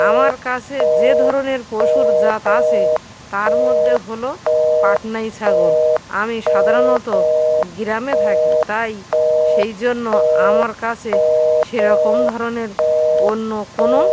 আমার কাছে যে ধরনের পশুর জাত আছে তার মদ্যে হলো পাটনাই ছাগল আমি সাধারণত গ্রামে থাকি তাই সেই জন্য আমার কাছে সেরকম ধরনের অন্য কোনো